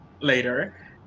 later